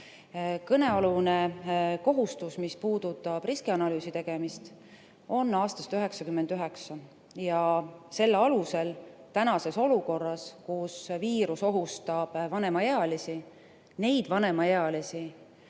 Kõnealune kohustus, mis puudutab riskianalüüsi tegemist, on aastast 1999. Selle alusel tänases olukorras, kus viirus ohustab vanemaealisi, neid vanemaealisi,